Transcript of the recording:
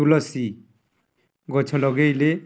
ତୁଲସୀ ଗଛ ଲଗେଇଲେ